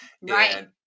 Right